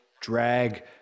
drag